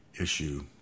issue